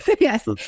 Yes